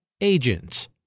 Agents